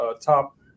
top